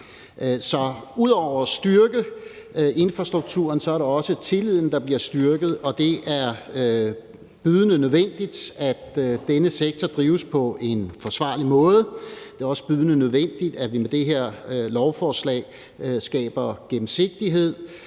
Ud over at styrke infrastrukturen er det også tilliden, der bliver styrket, og det er bydende nødvendigt, at denne sektor drives på en forsvarlig måde. Det er også bydende nødvendigt, at vi med det her lovforslag skaber gennemsigtighed,